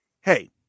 hey